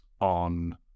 on